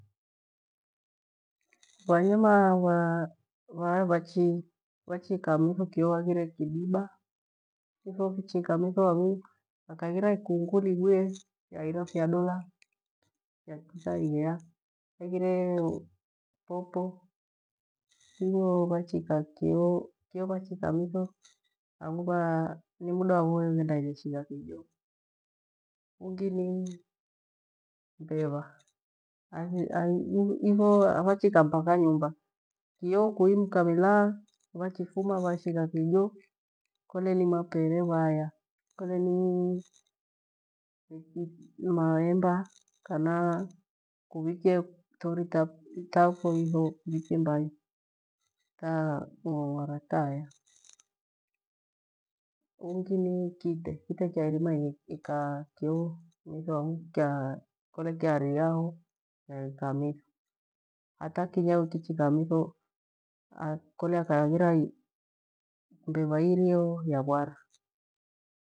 Vanyama vaa- vaa- vach- vachiikaa miho kio aghire kidiba kiho vichiikaa miho hangu hakaaghira ikungu ligwie fyaira fyodora vyatika ighya hagire popo, ivo vachikaa kio- kio vachikaa midho, angubha ni muda wabho waghenda ighe shigha kijo ungini mbeva. Ivo vachikaa mpaka nyumba kio kui mkamila vachifuma vashighakijo kole ni mapere vaya kole ni maemba kana kuvikie thori taphoiho kuvikie mbai tang'ong'ora taya ungi ni kite kite kyairima. Iika kio mitho angu kya kore ni kyanaho kamili hata kinyawi jichiikaa miho kole hakaghira mbeva iine ho yatwara.